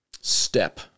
step